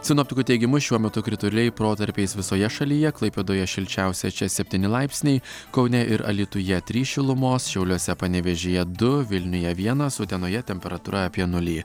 sinoptikų teigimu šiuo metu krituliai protarpiais visoje šalyje klaipėdoje šilčiausia čia septyni laipsniai kaune ir alytuje trys šilumos šiauliuose panevėžyje du vilniuje vienas utenoje temperatūra apie nulį